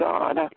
God